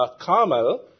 Carmel